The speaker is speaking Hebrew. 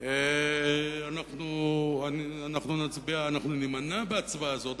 אנחנו נימנע בהצבעה הזאת.